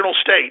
state